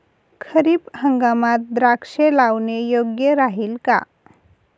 खरीप हंगामात द्राक्षे लावणे योग्य राहिल का?